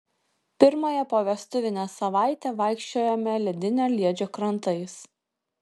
pirmąją povestuvinę savaitę vaikščiojome ledinio liedžio krantais